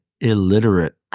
illiterate